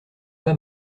pas